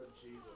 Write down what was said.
Jesus